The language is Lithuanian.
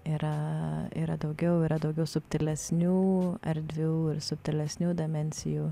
yra yra daugiau yra daugiau subtilesnių erdvių ir subtilesnių demencijų